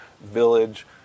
village